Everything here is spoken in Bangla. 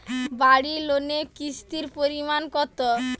বাড়ি লোনে কিস্তির পরিমাণ কত?